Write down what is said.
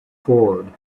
forward